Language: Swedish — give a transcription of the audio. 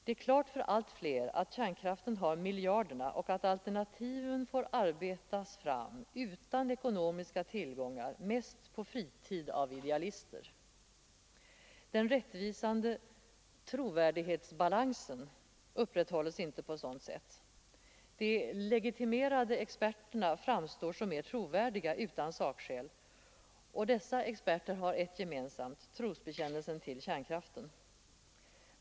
Det är klart för allt fler att kärnkraften har miljarderna och att alternativen får arbetas fram utan ekonomiska tillgångar, mest på fritid av idealister. Den rättvisande ”trovärdighetsbalansen” upprätthålls inte på ett sådant sätt. De ”legitimerade” experterna framstår utan sakskäl som mer trovärdiga och dessa experter har ett gemensamt: trosbekännelsen till kärnkraften.